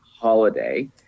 holiday